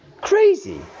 crazy